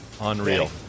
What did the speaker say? Unreal